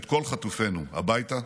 את כל חטופינו, הביתה,